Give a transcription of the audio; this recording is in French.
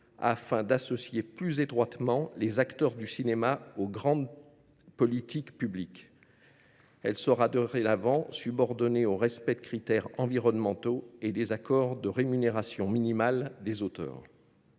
afin d’associer plus étroitement les acteurs du cinéma aux grandes politiques publiques. Celle ci sera dorénavant subordonnée au respect de critères environnementaux et des accords de rémunération minimale des auteurs.